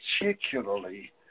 particularly